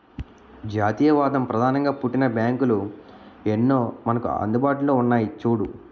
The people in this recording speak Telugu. జాతీయవాదం ప్రధానంగా పుట్టిన బ్యాంకులు ఎన్నో మనకు అందుబాటులో ఉన్నాయి చూడు